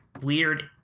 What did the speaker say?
weird